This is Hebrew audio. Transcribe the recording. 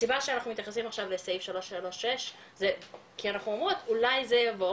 הסיבה שאנחנו מתייחסים לסעיף 336 זה כי אנחנו אומרות אולי זה יבוא